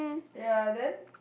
ya then